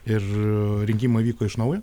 ir rinkimai vyko iš naujo